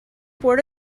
board